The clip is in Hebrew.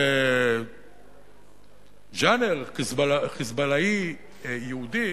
לז'אנר "חיזבללאי" יהודי,